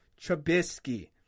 Trubisky